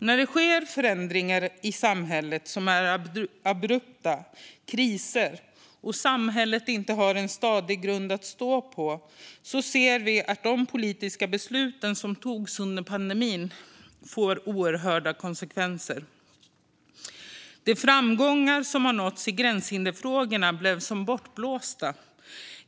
När det sker abrupta samhällsförändringar och kriser, och när samhället inte har en stadig grund att stå på, ser vi att de politiska beslut som togs under pandemin får oerhörda konsekvenser. De framgångar som har nåtts i gränshinderfrågorna blev som bortblåsta.